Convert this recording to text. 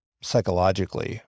psychologically